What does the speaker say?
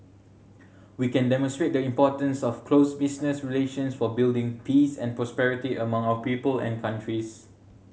we can demonstrate the importance of close business relations for building peace and prosperity among our people and countries